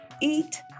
eat